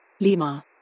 Lima